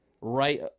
right